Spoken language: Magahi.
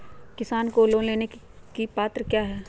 किसान को लोन लेने की पत्रा क्या है?